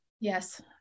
Yes